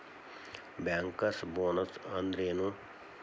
Bankers bonus ಅಂದ್ರೇನು?